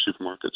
supermarkets